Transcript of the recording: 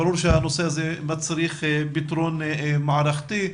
ברור שהנושא הזה מצריך פתרון מערכתי,